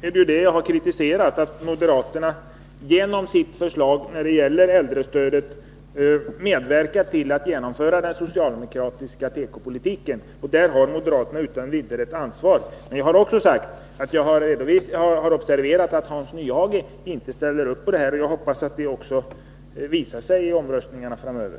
jag ju kritiserat att moderaterna genom sitt förslag när det gäller äldrestödet medverkar till att genomföra den socialdemokratiska tekopolitiken. Där har moderaterna utan vidare ett ansvar. Jag har också sagt att jag observerat att Hans Nyhage inte ställer upp på detta, och jag hoppas att det kommer att visa sig i omröstningarna framöver.